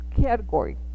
category